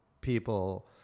people